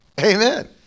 Amen